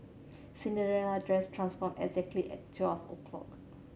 Cinderella dress transformed exactly at twelve o'clock